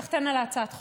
סחתיין על הצעת החוק,